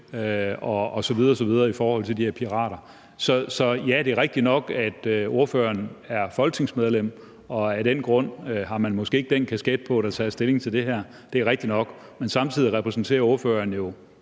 osv. osv. i forhold til de her pirater. Så ja, det er rigtigt nok, at ordføreren er folketingsmedlem og af den grund måske ikke har den kasket på, hvor man kan tage stilling til det her. Det er rigtigt nok. Men samtidig repræsenterer ordføreren jo